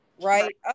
right